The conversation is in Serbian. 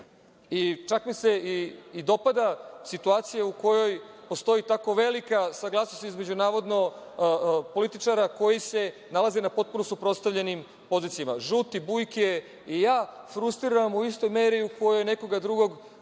Čak mi se i dopada situacija u kojoj postoji tako velika saglasnost između navodno političara koji se nalaze na potpuno suprotstavljenim pozicijama. Žuti, bujke i ja, frustrirani u istoj meri u kojoj nekoga drugog